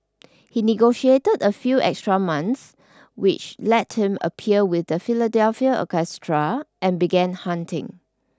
he negotiated a few extra months which let him appear with the Philadelphia orchestra and began hunting